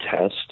test